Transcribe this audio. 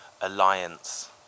alliance